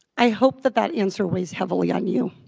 i hope that that answer weighs heavily on you